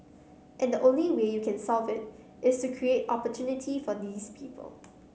and the only way you can solve it is to create opportunity for these people